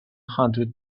hundred